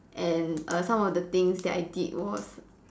and err some of the things that I did was